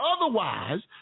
otherwise